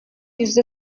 yüzde